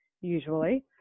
usually